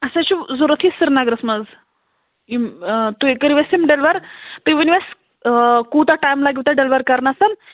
اَسہِ حظ چھُ ضوٚرَتھ یہِ سریٖنَگرَس منٛز یِم تُہۍ کٔرِو اَسہِ یِم ڈٮ۪لوَر تُہۍ ؤنِو اَسہِ کوٗتاہ ٹایِم لَگۍوٕ تۄہہِ ڈٮ۪لوَر کَرنَس